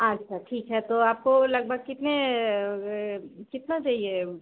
अच्छा ठीक है तो आपको लगभग कितने कितना चाहिए